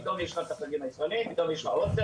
פתאום יש לך --- פתאום יש לך עוצר.